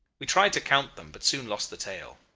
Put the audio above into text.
we tried to count them, but soon lost the tale.